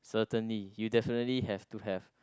certainly you definitely have to have